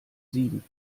sieben